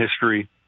history